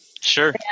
sure